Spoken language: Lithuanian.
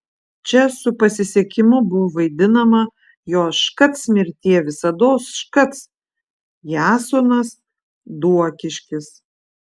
čia su pasisekimu buvo vaidinama jo škac mirtie visados škac jasonas duokiškis